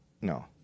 No